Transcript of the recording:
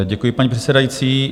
Děkuji, paní předsedající.